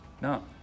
No